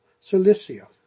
Cilicia